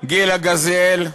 גילה גזיאל,